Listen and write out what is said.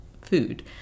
food